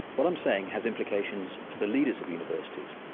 what i'm saying has implications for the leaders of universities,